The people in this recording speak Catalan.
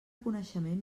coneixement